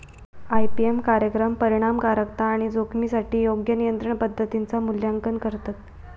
IPM कार्यक्रम परिणामकारकता आणि जोखमीसाठी योग्य नियंत्रण पद्धतींचा मूल्यांकन करतत